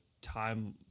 time